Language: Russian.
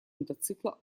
мотоцикла